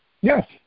Yes